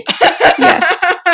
Yes